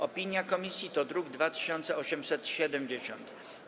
Opinia komisji to druk nr 2870.